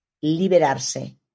liberarse